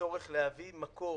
הצורך להביא מקור